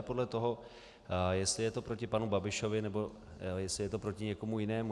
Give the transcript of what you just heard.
Ne podle toho, jestli je to proti panu Babišovi nebo jestli je to proti někomu jinému.